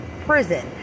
prison